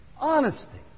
honesty